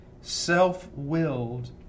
self-willed